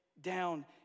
down